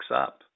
up